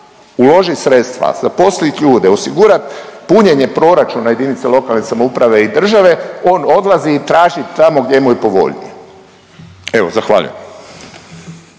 uložit sredstva, zaposlit ljude, osigurat punjenje proračuna jedinice lokalne samouprave i države on odlazi traži tamo gdje mu je povoljnije. Evo zahvaljujem.